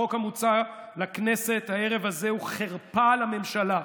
החוק המוצע לכנסת הערב הזה הוא חרפה לממשלה.